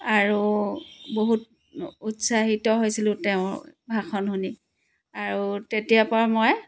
আৰু বহুত উৎসাহিত হৈছিলোঁ তেওঁৰ ভাষণ শুনি আৰু তেতিয়াৰ পৰা মই